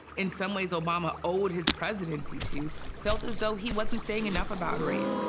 in some ways, obama owed his presidency to, felt as though he wasn't saying enough about race.